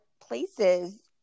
places